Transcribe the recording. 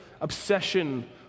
obsession